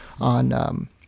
On